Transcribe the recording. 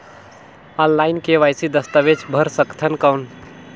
Online KYC दस्तावेज भर सकथन कौन?